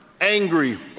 angry